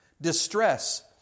Distress